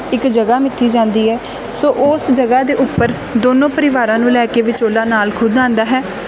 ਇੱਕ ਜਗ੍ਹਾ ਮਿੱਥੀ ਜਾਂਦੀ ਹੈ ਸੋ ਉਸ ਜਗ੍ਹਾ ਦੇ ਉੱਪਰ ਦੋਨੋਂ ਪਰਿਵਾਰਾਂ ਨੂੰ ਲੈ ਕੇ ਵਿਚੋਲਾ ਨਾਲ ਖੁਦ ਆਉਂਦਾ ਹੈ